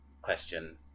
question